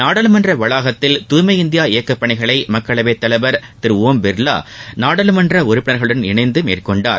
நாடாளுமன்ற வளாகத்தில் தூய்மை இந்தியா இயக்கப்பணிகளை மக்களவைத்தலைவர் திரு ஒம் பிர்வா நாடாளுமன்ற உறுப்பினர்களளுடன் இணைந்து மேற்கொண்டார்